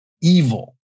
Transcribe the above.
evil